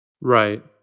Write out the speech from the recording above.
Right